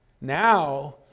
now